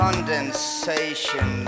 Condensation